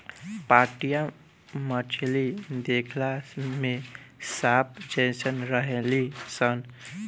पाटया मछली देखला में सांप जेइसन रहेली सन